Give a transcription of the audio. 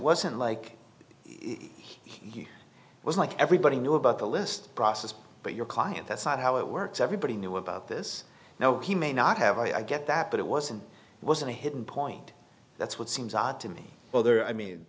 wasn't like he was like everybody knew about the list process but your client that's not how it works everybody knew about this now he may not have i get that but it wasn't wasn't a hidden point that's what seems odd to me